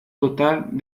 total